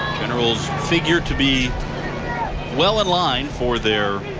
generals figured to be well aligned for their